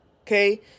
okay